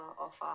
offer